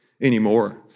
anymore